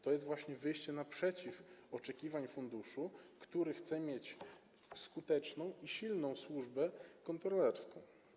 To jest właśnie wyjście naprzeciw oczekiwaniom funduszu, który chce mieć skuteczną i silną służbę kontrolerską.